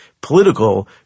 political